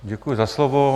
Děkuji za slovo.